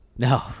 No